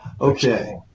Okay